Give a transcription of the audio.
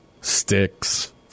Sticks